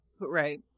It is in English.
right